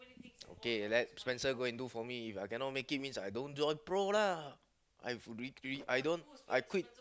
okay let Spencer go and do for me If I cannot make it means I don't join pro lah I three three I don't I quit